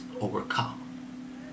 overcome